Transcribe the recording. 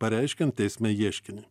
pareiškiant teisme ieškinį